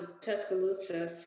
Tuscaloosa